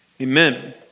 Amen